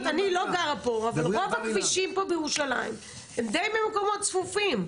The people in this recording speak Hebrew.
אני לא גרה פה אבל רוב הכבישים פה בירושלים הם די מקומות צפופים,